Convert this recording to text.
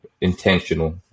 intentional